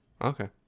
okay